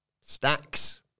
Stacks